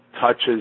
touches